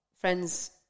friends –